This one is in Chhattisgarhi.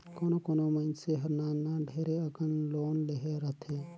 कोनो कोनो मइनसे हर नान नान ढेरे अकन लोन लेहे रहथे